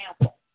example